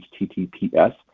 HTTPS